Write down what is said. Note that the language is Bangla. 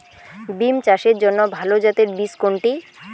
বিম চাষের জন্য ভালো জাতের বীজ কোনটি?